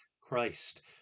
Christ